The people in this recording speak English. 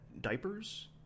diapers